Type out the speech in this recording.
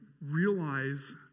realize